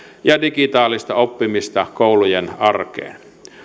ja digitaalista oppimista koulujen arkeen